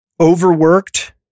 overworked